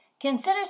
Consider